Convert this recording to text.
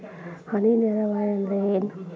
ಹನಿ ನೇರಾವರಿ ಅಂದ್ರ ಏನ್?